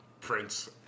Prince